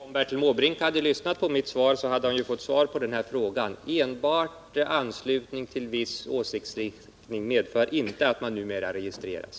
Herr talman! Om Bertil Måbrink hade lyssnat på mina tidigare inlägg hade han hört att han redan fått svar på sin fråga. Enbart anslutning till viss åsiktsriktning medför numera inte att man registreras.